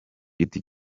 giti